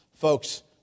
Folks